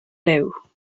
liw